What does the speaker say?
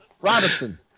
Robinson